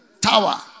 tower